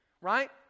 Right